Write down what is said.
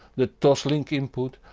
the toslink input,